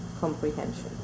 comprehension